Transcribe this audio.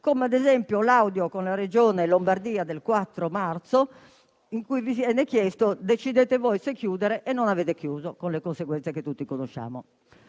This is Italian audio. ad esempio, all'audio con la Regione Lombardia del 4 marzo in cui viene detto: decidete voi se chiudere. E non avete chiuso, con le conseguenze che tutti conosciamo.